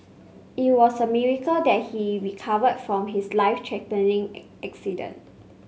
it was a miracle that he recovered from his life threatening accident